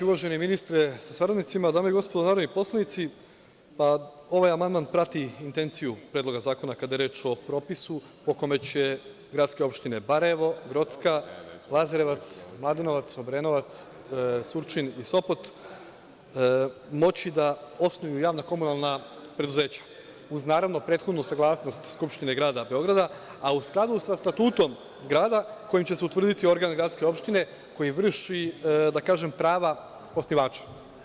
Uvaženi ministre sa saradnicima, dame i gospodo narodni poslanici, ovaj amandman prati intenciju predloga zakona kada je reč o propisu po kome će gradske opštine Barajevo, Grocka, Lazarevac, Mladenovac, Obrenovac, Surčin i Sopot moći da osnuju javna komunalna preduzeća, uz naravno prethodnu saglasnost Skupštine grada Beograda, a u skladu sa statutom grada koji će se utvrditi organ gradske opštine, koji vrši prava osnivača.